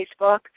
Facebook